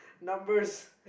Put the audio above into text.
numbers